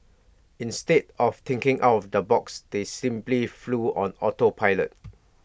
instead of thinking out of the box they simply flew on auto pilot